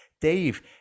dave